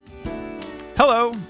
Hello